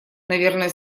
наверное